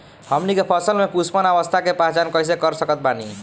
हमनी के फसल में पुष्पन अवस्था के पहचान कइसे कर सकत बानी?